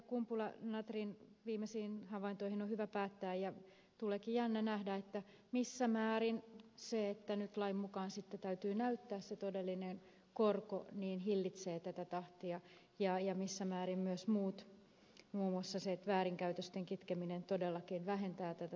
kumpula natrin viimeisiin havaintoihin on hyvä päättää ja onkin jännä nähdä missä määrin se että nyt lain mukaan sitten täytyy näyttää se todellinen korko hillitsee tätä tahtia ja missä määrin myös muut muun muassa väärinkäytösten kitkeminen todellakin vähentävät tätä tahtia